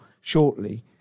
shortly